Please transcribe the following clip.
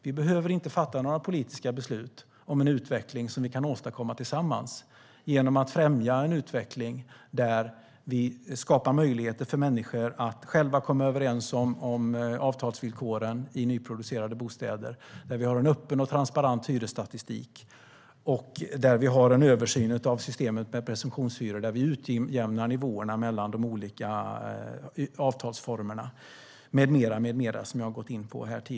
Vi behöver inte fatta några politiska beslut om en utveckling som vi kan åstadkomma tillsammans genom att främja en utveckling där människor själva kan komma överens om avtalsvillkoren i nyproducerade bostäder, där det finns en öppen och transparent hyresstatistik, med en översyn av systemet med presumtionshyror där nivåerna utjämnas mellan de olika avtalsformerna med mera.